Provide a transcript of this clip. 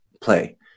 play